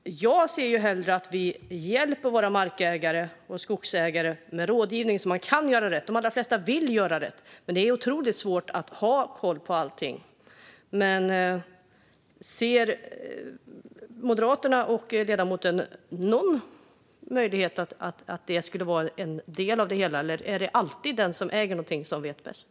Jag ser hellre att vi hjälper våra markägare och skogsägare med rådgivning så att de kan göra rätt. De allra flesta vill göra rätt, men det är otroligt svårt att ha koll på allting. Ser Moderaterna och ledamoten någon möjlighet att detta skulle kunna vara en del av det hela, eller är det alltid den som äger något som vet bäst?